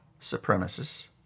supremacists